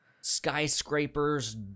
skyscrapers